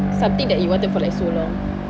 something that you wanted for like so long